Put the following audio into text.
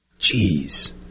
Jeez